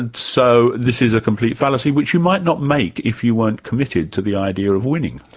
and so this is a complete fallacy which you might not make if you weren't committed to the idea of winning.